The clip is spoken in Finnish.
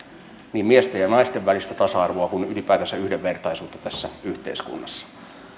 niin miesten ja naisten välistä tasa arvoa kuin ylipäätänsä yhdenvertaisuutta tässä yhteiskunnassa